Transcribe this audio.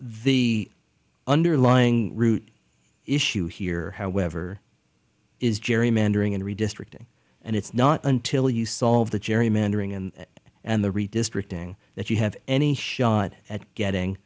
the underlying root issue here however is gerrymandering and redistricting and it's not until you solve the gerrymandering and and the redistricting that you have any shot at getting